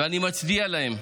ואני מצדיע להם.